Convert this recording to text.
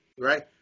right